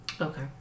Okay